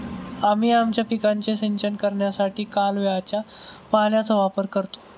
आम्ही आमच्या पिकांचे सिंचन करण्यासाठी कालव्याच्या पाण्याचा वापर करतो